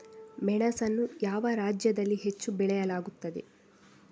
ಮೆಣಸನ್ನು ಯಾವ ರಾಜ್ಯದಲ್ಲಿ ಹೆಚ್ಚು ಬೆಳೆಯಲಾಗುತ್ತದೆ?